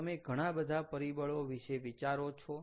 તમે ઘણા બધા પરિબળો વિશે વિચારો છો